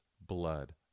blood